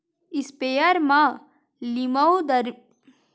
sprayer म लीमउ, दरमी, अगुर, संतरा असन फसल म दवई छिते के बूता बरोबर आथे